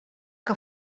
que